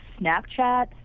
Snapchat